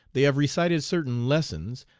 they have recited certain lessons,